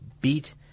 beat